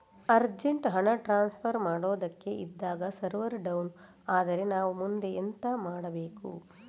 Urgent ಹಣ transfer ಮಾಡೋದಕ್ಕೆ ಇದ್ದಾಗ ಸರ್ವರ್ ಡೌನ್ ಆದರೆ ನಾವು ಮುಂದೆ ಎಂತ ಮಾಡಬೇಕು?